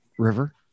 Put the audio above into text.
river